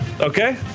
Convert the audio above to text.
Okay